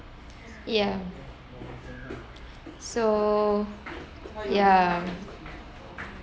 ya so ya